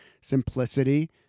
simplicity